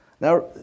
Now